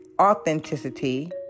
authenticity